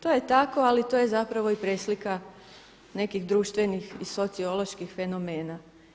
To je tako ali to je zapravo i preslika nekih društvenih i socioloških fenomena.